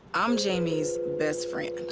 i'm jaime's best friend,